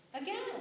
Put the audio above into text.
Again